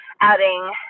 adding